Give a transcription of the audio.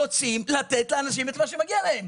רוצים לתת לאנשים את מה שמגיע להם.